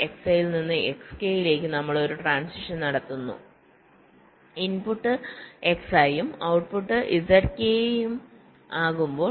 Xi ൽ നിന്ന് Xk ലേക്ക് നമ്മൾ ഒരു ട്രാൻസിഷൻ നടത്തുന്നു ഇൻപുട്ട് Xi ഉം ഔട്ട്പുട്ട് Zk ഉം ആകുമ്പോൾ